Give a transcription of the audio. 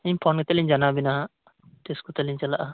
ᱟᱞᱤᱧ ᱯᱷᱳᱱ ᱠᱟᱛᱮ ᱞᱤᱧ ᱡᱟᱱᱟᱣᱟᱵᱮᱱᱟ ᱦᱟᱸᱜ ᱛᱤᱥ ᱠᱚᱛᱮᱞᱤᱧ ᱪᱟᱞᱟᱜᱼᱟ